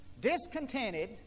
discontented